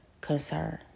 concern